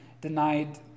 denied